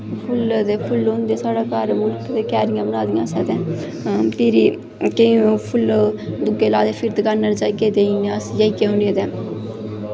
full होंदे साढ़े घर क्यारियां बना दियां साढ़ै घर बूह्टे ते फुल्लें दे बूह्टे लाए दे दकानें पर जाइयै देई ओड़ने अस लेईआयै ते